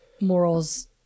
morals